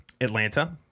Atlanta